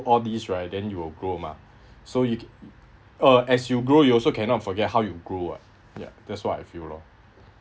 all these right then you will grow mah so you can uh as you grow you also cannot forget how you grew [what] ya that's what I feel loh